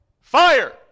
fire